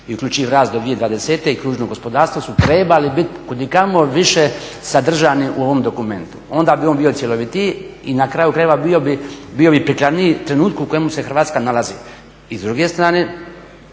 i uključiv rast do 2020. i kružno gospodarstvo su trebali bit kud i kamo više sadržani u ovom dokumentu, onda bi on bio cjelovitiji i na kraju krajeva bio bi prikladniji trenutku u kojemu se Hrvatska nalazi. I s druge strane,